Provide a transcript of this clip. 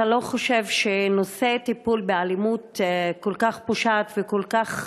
אתה לא חושב שנושא הטיפול באלימות כל כך פושעת וכל כך